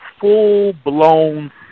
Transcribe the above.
full-blown